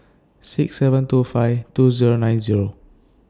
six seven two five two Zero nine Zero